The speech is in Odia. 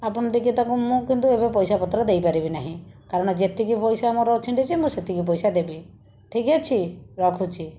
ଆପଣ ଟିକେ ତାକୁ ମୁଁ କିନ୍ତୁ ଏବେ ପଇସାପତ୍ର ଦେଇପାରିବି ନାହିଁ କାରଣ ଯେତିକି ପଇସା ମୋର ଛିଣ୍ଡିଛି ମୁଁ ସେତିକି ପଇସା ଦେବି ଠିକ୍ ଅଛି ରଖୁଛି